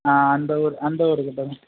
ஆ அந்த ஊர் அந்த ஊர் கிட்டதான்